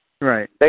Right